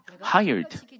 hired